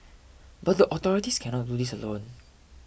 but the authorities cannot do this alone